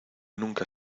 nunca